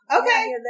okay